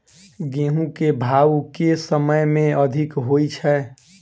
गेंहूँ केँ भाउ केँ समय मे अधिक होइ छै?